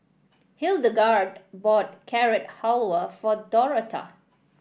Hildegarde bought Carrot Halwa for Dorotha